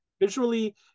visually